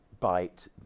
bite